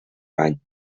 bany